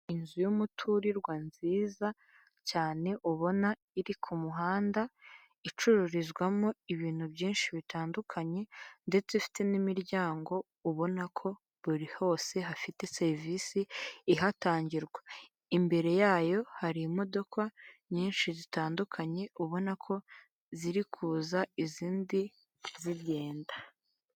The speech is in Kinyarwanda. Ni inzu y'umuturirwa nziza cyane ubona iri ku muhanda icururizwamo ibintu byinshi bitandukanye ndetse ifite n'imiryango ubona ko buri hose hafite serivisi ihatangirwa. Imbere yayo hari imodoka nyinshi zitandukanye, ubona ko ziri kuza izindi zigenda.